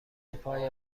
پای